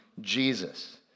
Jesus